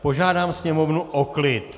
Požádám sněmovnu o klid.